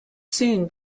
soon